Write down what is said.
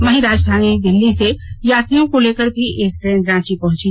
वहीं राजधानी दिल्ली से यात्रियों को लेकर भी एक ट्रेन रांची पहुंची